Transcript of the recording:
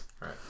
right